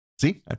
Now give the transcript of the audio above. See